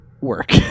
work